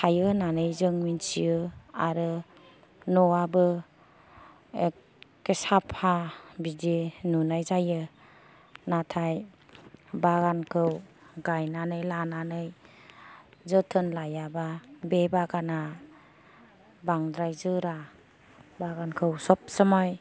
थायो होननानै जों मिथियो आरो न'आबो एखे साफा बिदि नुनाय जायो नाथाय बागानखौ गायनानै लानानै जोथोन लायाब्ल बे बागाना बांद्राय जोरा बागानखौ सब समाय